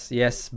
yes